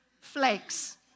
flakes